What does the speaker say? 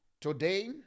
Today